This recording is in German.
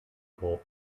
korb